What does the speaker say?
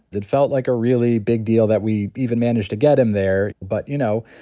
it felt like a really big deal that we even managed to get him there, but you know,